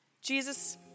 Jesus